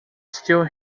still